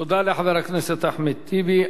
תודה לחבר הכנסת אחמד טיבי.